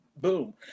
boom